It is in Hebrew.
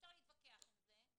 אפשר להתווכח על זה או